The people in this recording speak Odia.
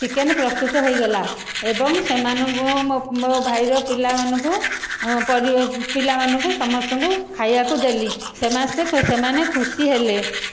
ଚିକେନ ପ୍ରସ୍ତୁତ ହୋଇଗଲା ଏବଂ ସେମାନଙ୍କୁ ମୋ ଭାଇର ପିଲାମାନଙ୍କୁ ପିଲାମାନଙ୍କୁ ସମସ୍ତଙ୍କୁ ଖାଇବାକୁ ଦେଲି ସେମାନେ ଖୁସି ହେଲେ